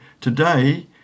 today